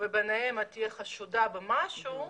ואת תהיי חשודה במשהו בעיניהם,